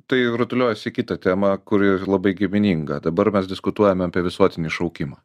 tai rutuliojasi kita tema kuri ir labai gimininga dabar mes diskutuojam apie visuotinį šaukimą